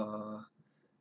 uh